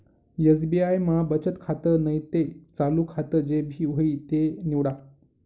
SBI मा बचत खातं नैते चालू खातं जे भी व्हयी ते निवाडा